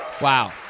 Wow